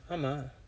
ஆமாம்:aamaam